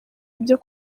ibyo